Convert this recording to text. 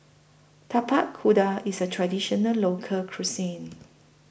Tapak Kuda IS A Traditional Local Cuisine